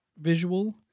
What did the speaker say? visual